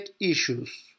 issues